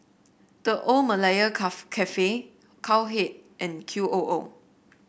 The Old Malaya Cafe Cowhead and Q O O